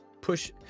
push